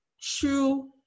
true